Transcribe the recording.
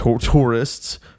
tourists